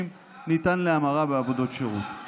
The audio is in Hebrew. ניתן להמיר מאסר בפועל בעבודות שירות.